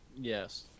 Yes